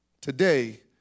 Today